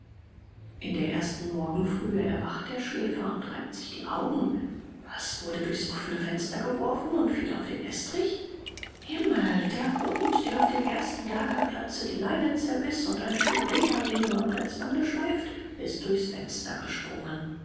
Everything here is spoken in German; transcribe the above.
in der ersten morgenfrühe erwacht der schläfer und reibt sich die augen was wurde durchs offne fenster geworfen und fiel auf den estrich himmel der hund der auf dem ersten lagerplatze die leine zerbiß und ein stück lederriemen am halsbande schleift ist durchs fenster gesprungen